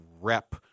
rep